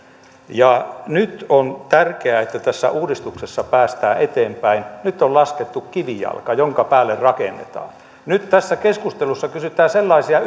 nyt on tärkeää että tässä uudistuksessa päästään eteenpäin nyt on laskettu kivijalka jonka päälle rakennetaan nyt tässä keskustelussa kysytään sellaisia